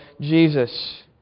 Jesus